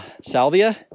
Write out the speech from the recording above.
Salvia